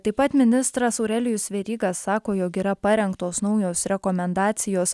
taip pat ministras aurelijus veryga sako jog yra parengtos naujos rekomendacijos